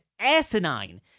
asinine